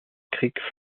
crique